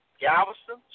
Galveston